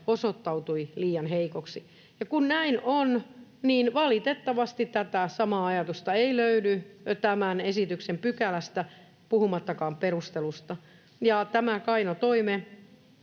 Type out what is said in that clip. osoittautui liian heikoksi. Ja kun näin on, niin valitettavasti tätä samaa ajatusta ei löydy tämän esityksen pykälästä, puhumattakaan perustelusta. Ja tämä kaino toive